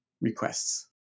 requests